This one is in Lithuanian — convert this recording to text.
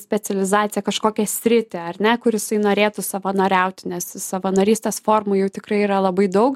specializaciją kažkokią sritį ar ne kur jisai norėtų savanoriauti nes savanorystės formų jų tikrai yra labai daug